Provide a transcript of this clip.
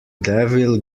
devil